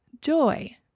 joy